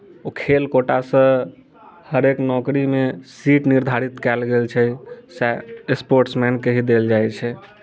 ओ खेल कोटासँ हरेक नौकरीमे सीट निर्धारित कयल गेल छै सएह स्पोर्ट्समेनके ही देल जाइत छै